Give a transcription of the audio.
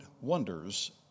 wonders